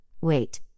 Wait